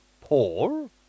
Paul